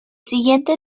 siguiente